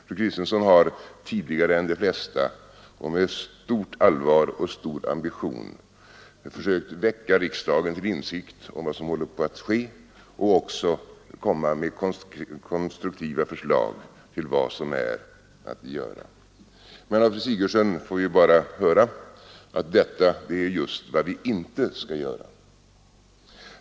Fru Kristensson har tydligare än de flesta och med stort allvar och stor ambition försökt väcka riksdagen till insikt om vad som håller på att ske och även kommit med konstruktiva förslag om vad som varit att göra. Men av fru Sigurdsen får vi nu bara höra att detta är just vad vi inte skall göra.